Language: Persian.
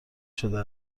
شده